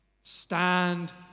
Stand